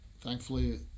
thankfully